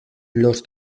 los